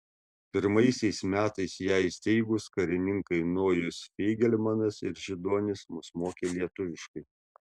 pirmaisiais metais ją įsteigus karininkai nojus feigelmanas ir židonis mus mokė lietuviškai